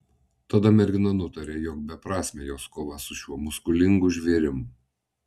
tada mergina nutarė jog beprasmė jos kova su šiuo muskulingu žvėrim